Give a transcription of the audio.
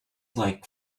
like